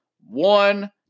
one